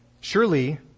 surely